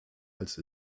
als